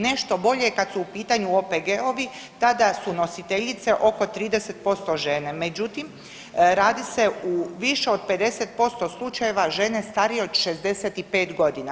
Nešto bolje kad su u pitanju OPG-ovi, tada su nositeljice oko 30% žene, međutim radi se u više od 50% slučajeva žene starije od 65.g.